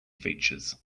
features